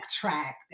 track